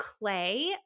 clay